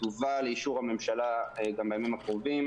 תובא לאישור הממשלה בימים הקרובים.